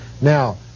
Now